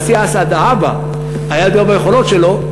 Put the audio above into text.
הנשיא אסד האבא היה ידוע ביכולות שלו,